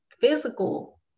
physical